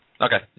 Okay